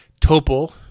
Topol